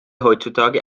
heutzutage